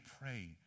pray